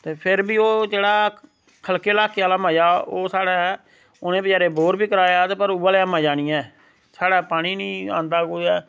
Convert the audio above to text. ते फिर बी ओह् जेह्ड़ा खल्के ल्हाके आह्ला मजा ऐ ओह् स्हाड़ै उनें बचैरें बोर बी कराया पर उऐ ले मजा नी ऐ स्हाड़ै पानी नी आंदा कुतै